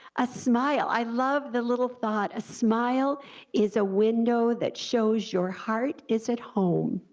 a smile, i love the little thought, a smile is a window that shows your heart is at home.